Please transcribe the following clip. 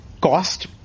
cost